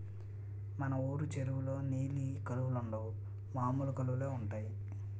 మన వూరు చెరువులో నీలి కలువలుండవు మామూలు కలువలే ఉంటాయి